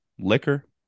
liquor